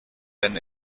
denn